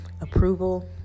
approval